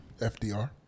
FDR